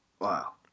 Wow